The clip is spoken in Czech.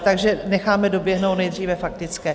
Takže necháme doběhnout nejdříve faktické.